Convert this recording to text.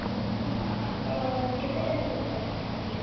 ଓ ହଁ ହଁ ହଁ ତ କେତେଟାରୁ କେତେଟା ଶିଖାନ୍ତି